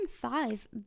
five